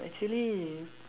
actually